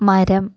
മരം